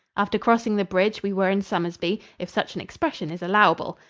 after crossing the bridge we were in somersby if such an expression is allowable.